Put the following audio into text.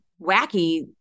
wacky